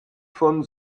von